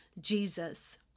Jesus